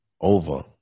over